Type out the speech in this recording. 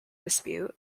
dispute